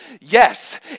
Yes